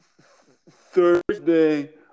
Thursday